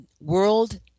World